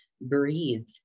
breathe